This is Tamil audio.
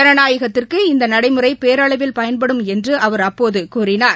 ஜனநாயகத்திற்கு இந்த நடைமுறை பேரளவில் பயன்படும் என்ற அவர் அப்போது கூறினார்